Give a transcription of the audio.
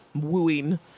wooing